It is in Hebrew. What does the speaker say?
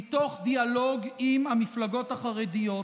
מתוך דיאלוג עם המפלגות החרדיות,